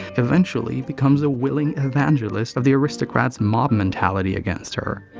eventually becomes a willing evangelist of the aristocrats' mob-mentality against her.